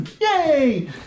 yay